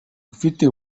ufite